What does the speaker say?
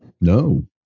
No